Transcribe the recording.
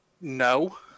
no